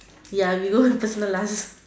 ya we go personal last